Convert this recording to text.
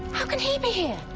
how can he be here?